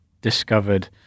discovered